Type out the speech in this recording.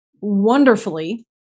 wonderfully